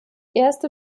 erste